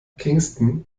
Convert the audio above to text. kingston